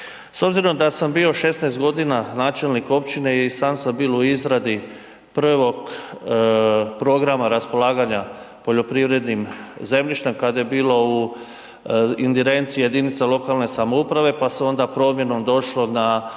S obzirom da sam bio 16 godina načelnik općine i sam sam bio u izradi 1. programa raspolaganja poljoprivrednim zemljištem kada je bilo u ingerenciji jedinice lokalne samouprave pa se onda promjenom došlo da